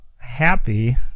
Happy